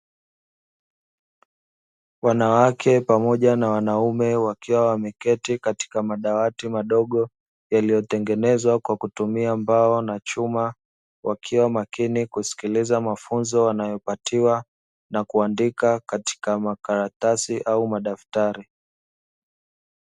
Wanawake pamoja na wanaume wakiwa wameketi katika madawati madogo yaliyotengenezwa kwa kutumia mbao na chuma wakiwa makini kusikiliza mafunzo wanayopatiwa na kuandika katika makaratasi au madaftari,